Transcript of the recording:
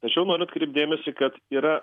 tačiau noriu atkreipt dėmesį kad yra